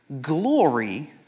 glory